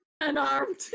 Unarmed